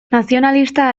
nazionalista